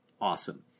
Awesome